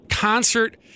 concert